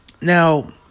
Now